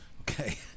okay